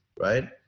right